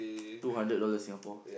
two hundred dollars Singapore